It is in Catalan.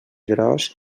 gros